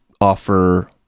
offer